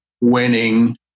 winning